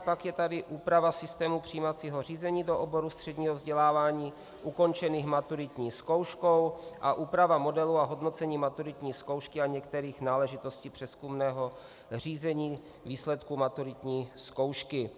Pak je tady úprava systému přijímacího řízení do oborů středního vzdělávání ukončených maturitní zkouškou a úprava modelu a hodnocení maturitní zkoušky a některých náležitostí přezkumného řízení výsledku maturitní zkoušky.